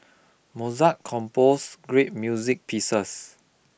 Mozart compose great music pieces